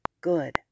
good